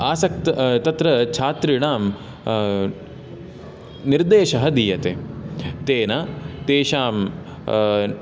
आसक्त तत्र छात्रिणां निर्देशः दीयते तेन तेषां